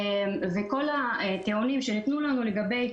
וכל הטיעונים שניתנו לנו לגבי